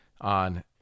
on